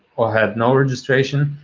had no registration.